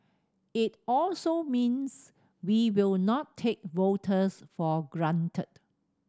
it also means we will not take voters for granted